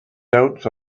doubts